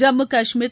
Jammu Kashmir